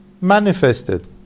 manifested